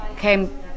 came